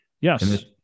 Yes